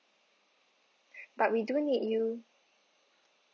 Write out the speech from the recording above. but we do need you